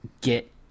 get